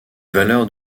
valeurs